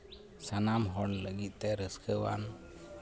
ᱥᱟᱱᱟᱢ ᱦᱚᱲ ᱞᱟᱹᱜᱤᱫᱛᱮ ᱨᱟᱹᱥᱠᱟᱹᱣᱟᱱ